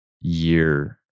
year